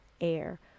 air